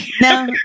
no